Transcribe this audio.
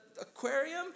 aquarium